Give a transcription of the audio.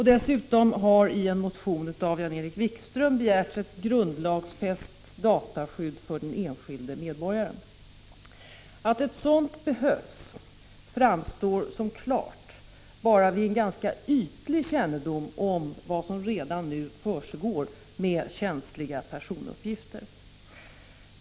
Dessutom har i en motion av Jan-Erik Wikström begärts ett grundlagsfäst dataskydd för den enskilde medborgaren. Att ett sådant skydd behövs framstår som klart vid bara en ytlig kännedom om vad som redan nu försiggår med känsliga personuppgifter.